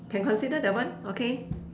can consider that one okay